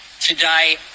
today